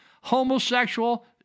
homosexual